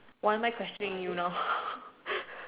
why am I questioning you now